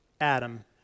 Adam